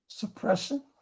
Suppression